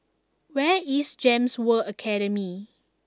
where is Gems World Academy